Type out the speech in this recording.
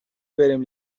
بریم